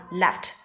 ,left